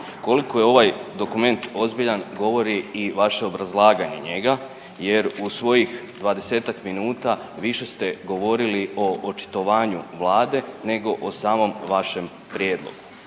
Koliko je ovaj dokument ozbiljan govori i vaše obrazlaganje njega jer u svojih 20-tak minuta više ste govorili o očitovanju Vlade, nego o samom vašem prijedlogu.